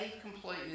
completely